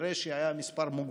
כנראה היה מספר מוגבל,